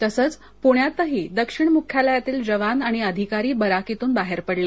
तसंच प्ण्यातही दक्षिण मुख्यालयातील जवान आणि अधिकारी बराकींतून बाहेर पडले